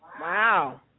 Wow